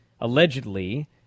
allegedly